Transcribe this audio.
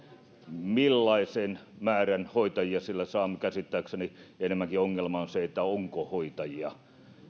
millaisen määrän hoitajia sillä saa käsittääkseni enemmänkin ongelma on se onko hoitajia